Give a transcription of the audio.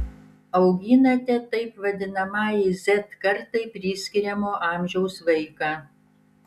auginate taip vadinamajai z kartai priskiriamo amžiaus vaiką